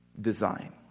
design